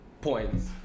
points